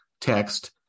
text